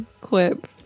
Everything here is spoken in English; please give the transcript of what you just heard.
clip